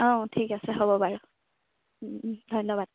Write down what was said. অঁ ঠিক আছে হ'ব বাৰু ধন্যবাদ